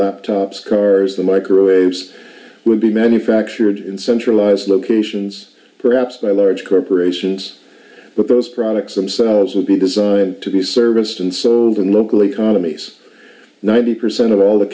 laptops cars the microwaves would be manufactured in centralized locations perhaps by large corporations but those products themselves would be designed to be serviced and so the local economies ninety percent of all the